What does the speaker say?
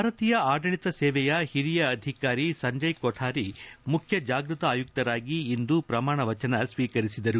ಭಾರತೀಯ ಆಡಳಿತ ಸೇವೆಯ ಹಿರಿಯ ಅಧಿಕಾರಿ ಸಂಜಯ್ ಕೊಥಾರಿ ಮುಖ್ಯ ಜಾಗೃತ ಆಯುಕ್ತರಾಗಿ ಇಂದು ಪ್ರಮಾಣ ವಚನ ಸ್ವೀಕರಿಸಿದರು